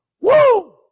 Woo